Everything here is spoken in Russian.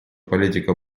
политика